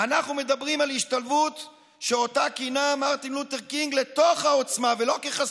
אנחנו מדברים על ההשתלבות שאותה כינה מרטין לותר קינג "לתוך העוצמה"